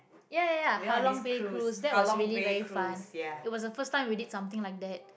ya ya ya Halong-Bay cruise that was really very fun it was the first time we did something like that